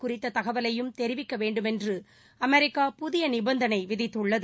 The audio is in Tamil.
குறித்த தகவலையும் தெரிவிக்க வேண்டும் எ்ன்று அமெரிக்கா புதிய நிபந்தனை விதித்துள்ளது